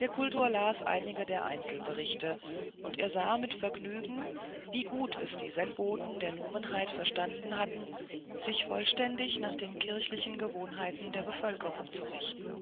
der kultor las einige der einzelberichte und er sah mit vergnügen wie gut es die sendboten der numenheit verstanden hatten sich vollständig nach den kirchlichen gewohnheiten der bevölkerung zu richten